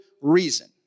reason